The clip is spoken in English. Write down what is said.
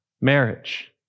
marriage